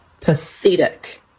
Pathetic